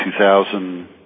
2000